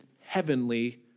heavenly